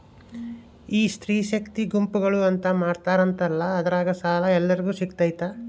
ಈ ಸ್ತ್ರೇ ಶಕ್ತಿ ಗುಂಪುಗಳು ಅಂತ ಮಾಡಿರ್ತಾರಂತಲ ಅದ್ರಾಗ ಸಾಲ ಎಲ್ಲರಿಗೂ ಸಿಗತೈತಾ?